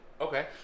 Okay